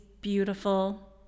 beautiful